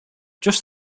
just